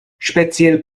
speziell